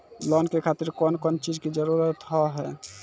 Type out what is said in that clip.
Loan के खातिर कौन कौन चीज के जरूरत हाव है?